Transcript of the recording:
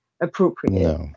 appropriate